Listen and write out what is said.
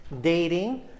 dating